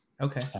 okay